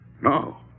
No